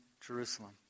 Jerusalem